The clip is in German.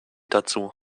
dazu